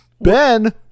Ben